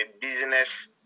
business